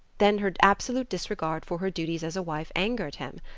then her absolute disregard for her duties as a wife angered him.